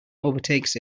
overtakes